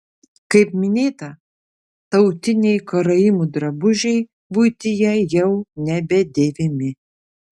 kaip minėta tautiniai karaimų drabužiai buityje jau nebedėvimi